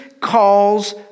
calls